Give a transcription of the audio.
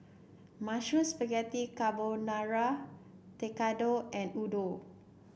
Mushroom Spaghetti Carbonara Tekkadon and Udon